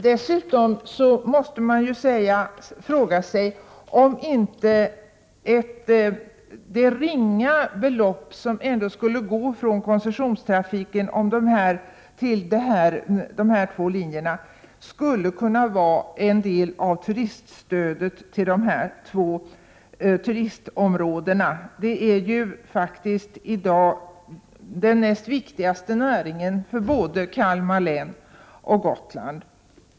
Dessutom frågar man sig om inte det ringa belopp som skulle tas från koncessionstrafiken till dessa två linjer kunde utgöra en del av turiststödet till dessa två turistområden. Turismen är ju faktiskt i dag den näst viktigaste näringen för såväl Kalmar län som Gotland.